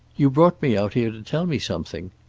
you brought me out here to tell me something.